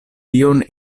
tion